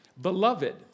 beloved